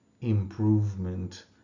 improvement